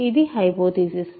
ఇది హైపోథీసిస్